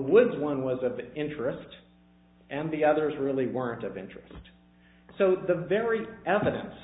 woods one was of interest and the other was really weren't of interest so the very evidence